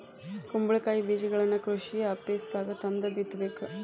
ಕುಂಬಳಕಾಯಿ ಬೇಜಗಳನ್ನಾ ಕೃಷಿ ಆಪೇಸ್ದಾಗ ತಂದ ಬಿತ್ತಬೇಕ